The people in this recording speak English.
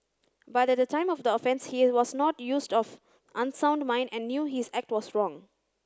but at the time of the offence he was not use of unsound mind and knew his act was wrong